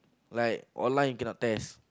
like online cannot test